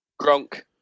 Gronk